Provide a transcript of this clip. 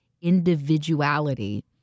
individuality